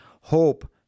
hope